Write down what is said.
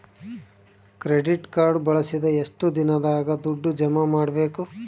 Credit card ಬಳಸಿದ ಎಷ್ಟು ದಿನದಾಗ ದುಡ್ಡು ಜಮಾ ಮಾಡ್ಬೇಕು?